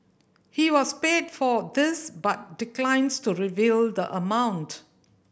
he was paid for this but declines to reveal the amount